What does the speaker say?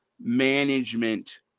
management